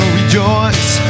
rejoice